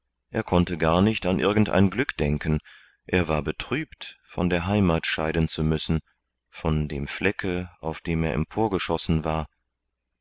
er konnte gar nicht an irgend ein glück denken er war betrübt von der heimat scheiden zu müssen von dem flecke auf dem er emporgeschossen war